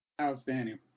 Outstanding